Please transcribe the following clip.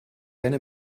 eine